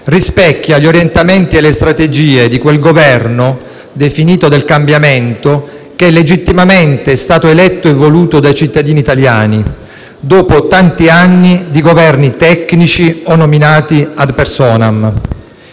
rispecchia gli orientamenti e le strategie di quel Governo, definito «del cambiamento», che legittimamente è stato eletto e voluto dai cittadini italiani, dopo tanti anni di Governi tecnici o nominati *ad personam*.